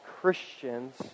Christians